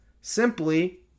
simply